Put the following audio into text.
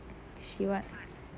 she what